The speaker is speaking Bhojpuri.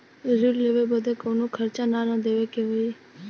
ऋण लेवे बदे कउनो खर्चा ना न देवे के होई?